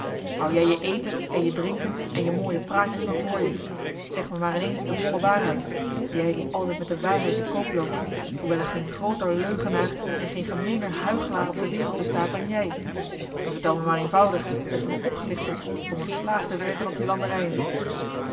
hou jij je eten en je drinken en je mooie praatjes maar voor je zeg me maar ineens de volle waarheid jij die altijd met de waarheid te koop loopt hoewel er geen grooter leugenaar en geen gemeener huichelaar op de wereld bestaat dan jij en vertel me maar eenvoudig dat je me opgelicht hebt om als slaaf te werken op je landerijen